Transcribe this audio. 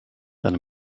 than